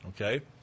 Okay